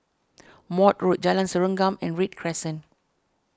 Maude Road Jalan Serengam and Read Crescent